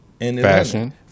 fashion